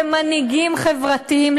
ומנהיגים חברתיים,